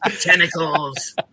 Tentacles